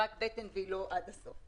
רק בטן והיא לא עד הסוף.